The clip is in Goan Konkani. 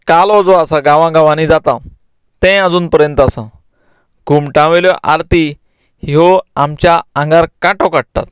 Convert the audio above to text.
कालो जो आसा गांवा गांवानी जाता तें आजून पर्यंत आसा घुमटा वयल्यो आरती ह्यो आमच्या आंगार कांटो काडटात